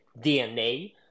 DNA